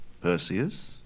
Perseus